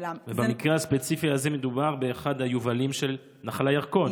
במקרה הספציפי הזה מדובר באחד היובלים של נחל הירקון.